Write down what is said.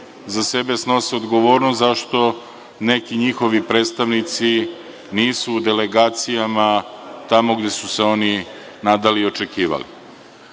za sebe snose odgovornost zašto neki njihovi predstavnici nisu u delegacijama tamo gde su se oni nadali i očekivali. Ono